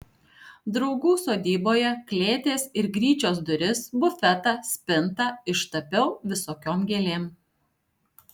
draugų sodyboje klėties ir gryčios duris bufetą spintą ištapiau visokiom gėlėm